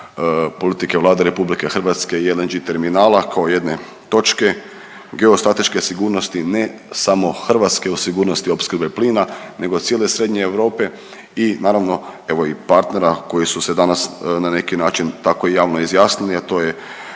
politike Vlade RH i LNG terminala kao jedne točke geostrateške sigurnosti ne samo Hrvatske u sigurnosti opskrbe plina nego cijele srednje Europe i naravno, evo i partnera koji su se na neki način tako javno izjasnili, a to je